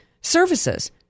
Services